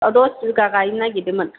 औ दस बिगा गायनो नागेरदोंमोन